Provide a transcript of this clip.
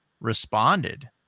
responded